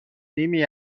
نیمی